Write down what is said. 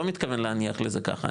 לא מתכוון להניח לזה ככה,